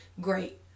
great